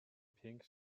pink